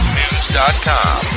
news.com